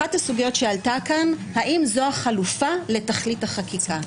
אחת הסוגיות שעלתה כאן היא האם זו החלופה לתכלית החקיקה.